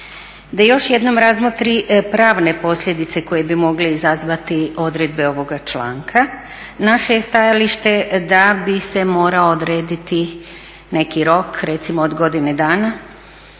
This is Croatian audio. da još jednom razmotri pravne posljedice koje bi mogle izazvati odredbe ovog članka. Naše je stajalište da bi se morao odrediti neki rok recimo od godine dana